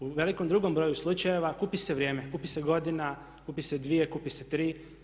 U velikom drugom broju slučajeva gubi se vrijeme, gubi se godina, gubi se dvije, gubi se tri.